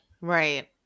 Right